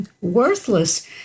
worthless